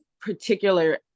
particular